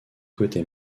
côté